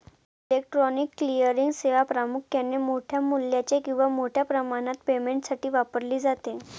electronic clearing सेवा प्रामुख्याने मोठ्या मूल्याच्या किंवा मोठ्या प्रमाणात पेमेंटसाठी वापरली जाते